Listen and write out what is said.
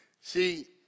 See